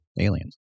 aliens